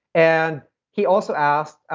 and he also asked,